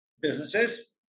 businesses